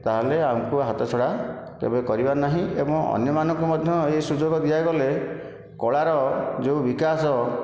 ତାହେଲେ ଆମକୁ ହାତ ଛଡ଼ା କେବେ କରିବାର ନାହିଁ ଏବଂ ଅନ୍ୟମାନଙ୍କୁ ମଧ୍ୟ ଏ ସୁଯୋଗ ଦିଆଗଲେ କଳାର ଯେଉଁ ବିକାଶ